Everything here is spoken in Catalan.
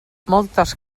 moltes